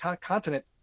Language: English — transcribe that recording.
continent